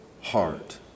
heart